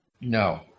no